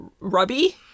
rubby